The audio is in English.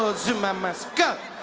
zuma must go!